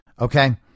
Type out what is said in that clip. okay